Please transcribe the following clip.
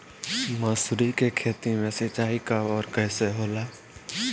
मसुरी के खेती में सिंचाई कब और कैसे होला?